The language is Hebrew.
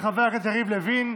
של חבר הכנסת יריב לוין.